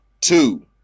Two